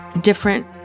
different